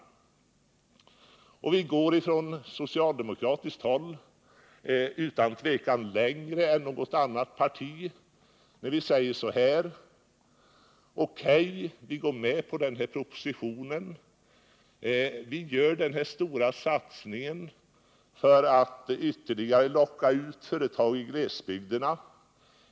Från socialdemokratiskt håll går vi utan tvekan längre än något annat parti. Vi säger: O.K., vi går med på den här propositionen. Vi gör den här stora satsningen för att locka ut ytterligare företag till glesbygderna.